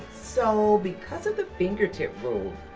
so because of the fingertip rule,